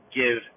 give